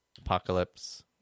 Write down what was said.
Apocalypse